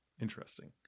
Interesting